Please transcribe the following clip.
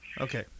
Okay